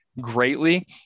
greatly